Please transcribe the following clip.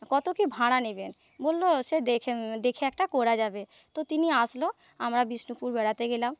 কত কি ভাড়া নেবে বললো সে দেখে একটা করা যাবে তো তিনি আসলো আমরা বিষ্ণুপুর বেড়াতে গেলাম